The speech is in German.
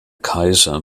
kaiser